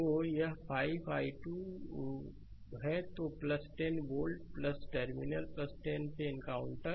तो यह 5 i2 है तो 10 वोल्ट टर्मिनल 10 से एनकाउंटर